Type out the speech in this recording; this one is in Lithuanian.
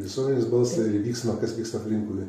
visuomenės balsą į vyksmą kas vyksta aplinkui